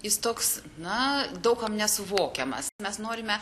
jis toks na daug kam nesuvokiamas mes norime